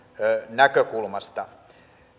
näkökulmasta